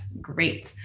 great